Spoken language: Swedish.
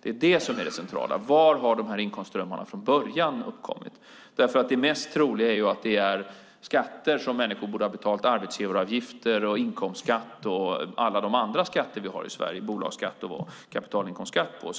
kom. Var har inkomstströmmarna uppkommit från början? Det mest troliga är ju att det är summor som människor borde ha betalat arbetsgivaravgifter, inkomstskatt, bolagsskatt och kapitalinkomstskatt på.